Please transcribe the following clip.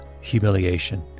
humiliation